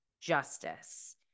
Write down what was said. justice